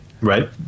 Right